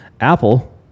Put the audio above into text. Apple